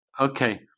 Okay